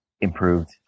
improved